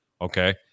Okay